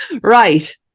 right